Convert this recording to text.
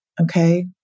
Okay